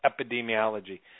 epidemiology